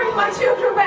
my children.